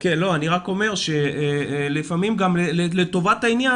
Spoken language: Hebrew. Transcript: --- אני רק אומר שלפעמים גם לטובת העניין